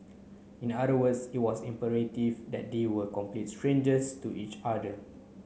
in other words it was imperative that they were complete strangers to each other